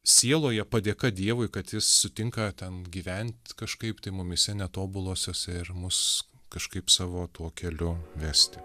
sieloje padėka dievui kad jis sutinka ten gyvent kažkaip tai mumyse netobuluosiuose ir mus kažkaip savo tuo keliu vesti